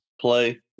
play